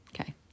Okay